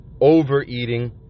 overeating